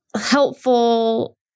helpful